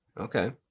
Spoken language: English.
Okay